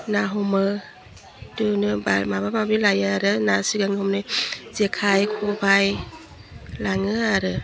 ना हमो दोनो बा माबा माबि लायो आरो ना सिगां हमनो जेखाइ खबाइ लाङो आरो